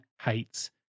hates